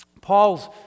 Paul's